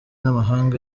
n’amahanga